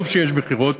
טוב שיש בחירות,